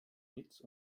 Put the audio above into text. kitts